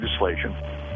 legislation